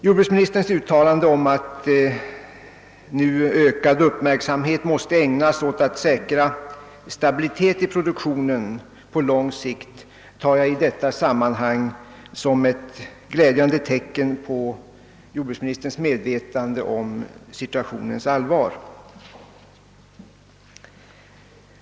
Jordbruksministerns uttalande om att ökad uppmärksamhet nu måste ägnas åt att säkra stabiliteten i produktionen på lång sikt tar jag i detta sammanhang som ett glädjande tecken på jordbruksministerns medvetenhet om situationens allvar.